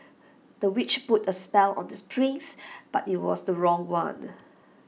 the witch put A spell on the prince but IT was the wrong one